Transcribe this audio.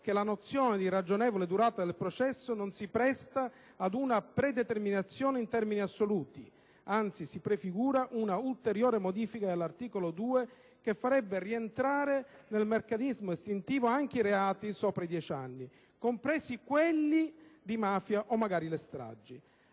che la nozione di ragionevole durata del processo non si presta ad una predeterminazione in termini assoluti; anzi, si prefigura un'ulteriore modifica all'articolo 2 che farebbe rientrare nel meccanismo estintivo anche i reati la cui pena edittale supera i 10 anni, compresi quindi quelli di mafia o magari le stragi.